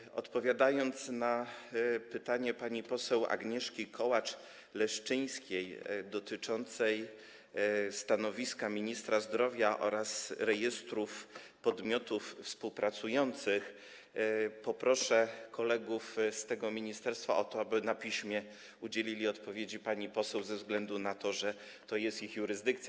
Jeśli chodzi o pytanie pani poseł Agnieszki-Kołacz Leszczyńskiej dotyczące stanowiska ministra zdrowia oraz rejestrów podmiotów współpracujących, to poproszę kolegów z ministerstwa o to, aby na piśmie udzielili odpowiedzi pani poseł ze względu na to, że to jest ich jurysdykcja.